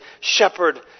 shepherd